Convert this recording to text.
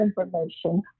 information